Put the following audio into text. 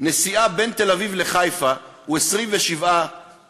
נסיעה בין תל-אביב לחיפה הוא 27 אגורות,